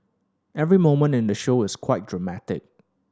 every moment in the show is quite dramatic